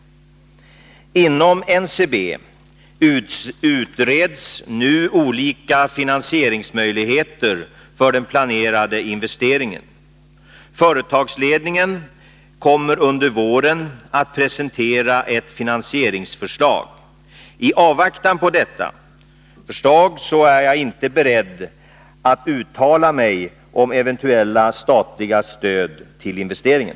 Inom NCB utreds nu olika finansieringsmöjligheter vad gäller den planerade investeringen. Företagsledningen kommer under våren att presentera ett finansieringsförslag. I avvaktan på detta förslag är jag inte beredd att uttala mig om eventuella statliga stöd till investeringen.